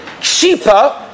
cheaper